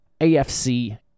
AFC